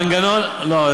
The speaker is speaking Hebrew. לא, לא.